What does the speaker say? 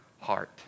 heart